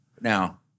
Now